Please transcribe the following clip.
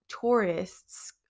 tourists